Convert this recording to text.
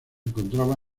encontraba